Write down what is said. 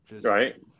Right